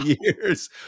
years